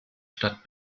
stadt